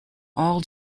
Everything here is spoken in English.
all